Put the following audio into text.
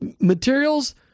Materials